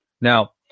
now